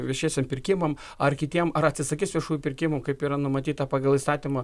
viešiesiem pirkimam ar kitiem ar atsisakys viešųjų pirkimų kaip yra numatyta pagal įstatymą